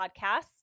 podcasts